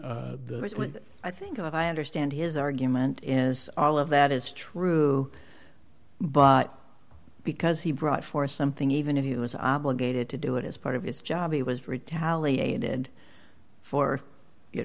and i think i understand his argument is all of that is true but because he brought for something even if he was obligated to do it as part of his job he was retaliated for you